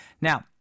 now